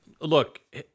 Look